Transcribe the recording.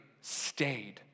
stayed